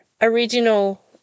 original